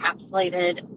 encapsulated